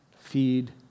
feed